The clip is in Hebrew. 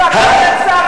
לפטר את שר